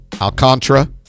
Alcantara